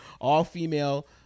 All-female